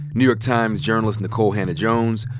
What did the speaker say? new york times journalist nicole hannah-jones,